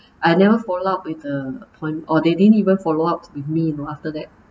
I never follow up with a appoint~ or they didn't even follow up with me you know after that